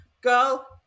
Girl